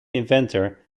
inventor